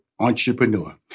Entrepreneur